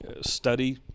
study